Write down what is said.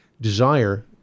desire